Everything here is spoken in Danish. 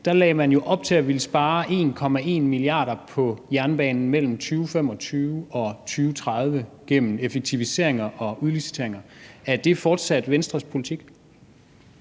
lagde man jo op til at ville spare 1,1 mia. kr. på jernbanen mellem 2025 og 2030 gennem effektiviseringer og udliciteringer. Er det fortsat Venstres politik?